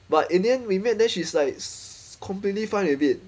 but in the end we met then she's like completely fine with it